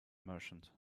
merchant